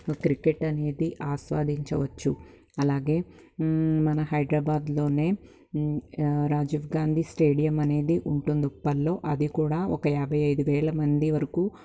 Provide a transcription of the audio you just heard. cricket అనేది ఆస్వాదించవచ్చు అలాగే మన హైదరాబాద్లోనే రాజీవ్ గాంధీ స్టేడియం అనేది ఉంటుంది ఉప్పల్లో అది కూడా ఒక యాభై ఐదు వేల మంది వరకు